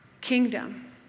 kingdom